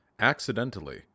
accidentally